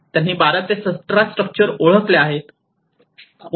त्यांनी 12 ते 17 स्ट्रक्चर ओळखल्या आहेत